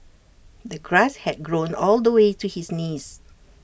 the grass had grown all the way to his knees